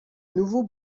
nouveau